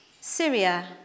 Syria